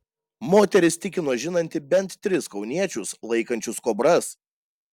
moteris tikino žinanti bent tris kauniečius laikančius kobras